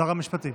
שר המשפטים